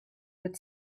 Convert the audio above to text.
with